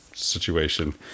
situation